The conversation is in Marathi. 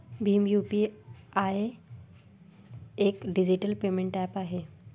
भीम यू.पी.आय एक डिजिटल पेमेंट ऍप आहे